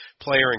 player